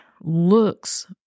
looks